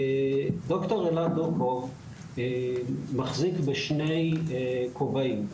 ד"ר אלעד דוקוב מחזיק בשני כובעים.